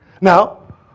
now